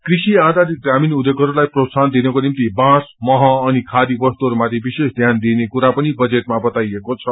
कृषि आधारित ग्रमीण उध्योगहरूलाई प्रोत्सहन दिनको निम्ति बाँस मह अनि खादी वस्तुहरूमाथि विशेष ध्यान दिने कुरा पनि बजेटमा बताइएको छ